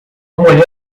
mulher